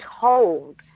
told